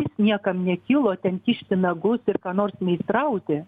niekam nekilo ten kišti nagus ir ką nors meistrauti